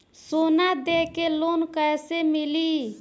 सोना दे के लोन कैसे मिली?